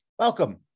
Welcome